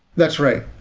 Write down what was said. that's right.